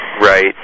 Right